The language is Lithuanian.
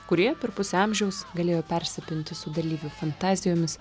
kurie per pusę amžiaus galėjo persipinti su dalyvių fantazijomis